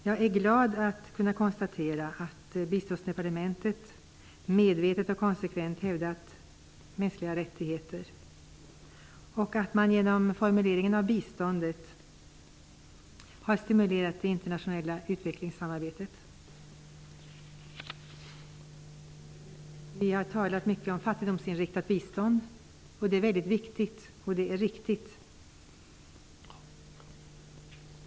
Jag är glad att kunna konstatera att ''biståndsdepartementet'' medvetet och konsekvent hävdat mänskliga rättigheter och att man genom utformningen av biståndet har stimulerat det internatinella utvecklingssamarbetet. Vi har talat mycket om fattigdomsinriktat bistånd, och det är viktigt och riktigt.